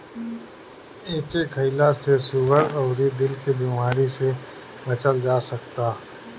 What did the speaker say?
एके खईला से सुगर अउरी दिल के बेमारी से बचल जा सकता